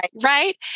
Right